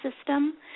system